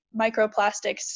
microplastics